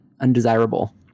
undesirable